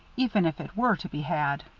even if it were to be had.